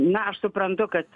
na aš suprantu kad